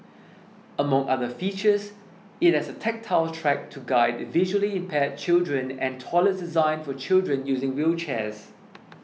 among other features it has a tactile track to guide visually impaired children and toilets designed for children using wheelchairs